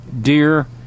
dear